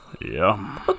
Yum